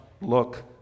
look